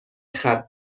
ختنه